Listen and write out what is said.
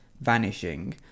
vanishing